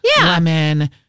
lemon